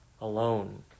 alone